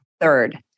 Third